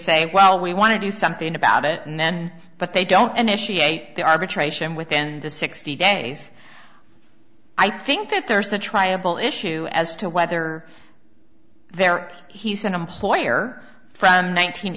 say well we want to do something about it and then but they don't initiate the arbitration within the sixty days i think that there's a triable issue as to whether they're he's an employer from